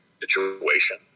situation